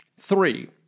Three